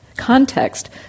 context